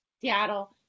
Seattle